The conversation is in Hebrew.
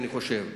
אני חושב.